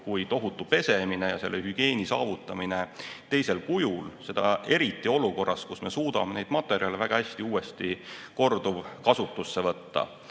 kui tohutu pesemine ja hügieeni [tagamine] teisel kujul, seda eriti olukorras, kus me suudame neid materjale väga hästi uuesti korduvkasutusse